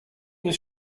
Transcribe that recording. was